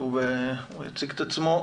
שהוא יציג את עצמו.